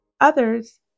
Others